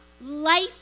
life